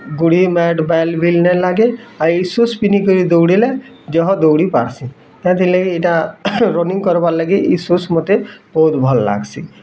ଗୋଡ଼ି ମାଟ୍ ବାଲ୍ ନା ଲାଗେ ଆଉ ସୁଜ୍ ପିନ୍ଧି କରି ଦୌଡ଼ିଲେ ଦେହ ଦୌଡ଼ି ପାର୍ସି ତାହା ହେଲେ ଏଇଟା ରନିଂ କର୍ବା ଲାଗି ଇ ସୁଜ୍ ମୋତେ ବହୁତ ଭଲ୍ ଲାଗ୍ସି